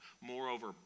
Moreover